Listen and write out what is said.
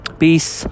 peace